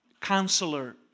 counselor